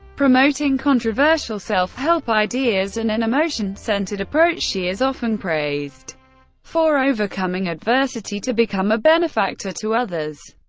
promoting controversial self-help ideas, and an emotion-centered approach, she is often praised for overcoming adversity to become a benefactor to others.